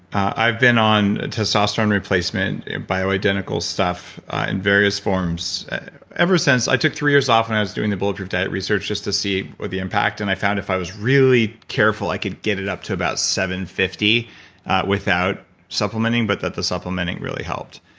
i've been on testosterone replacement and bioidentical stuff in various forms ever since. i took three years off when i was doing the bulletproof diet research just to see what the impact and i found if i was really careful, i could get it up to about seven hundred and fifty without supplementing but that the supplementing really helped.